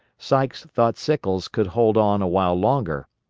sykes thought sickles could hold on a while longer,